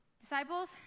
disciples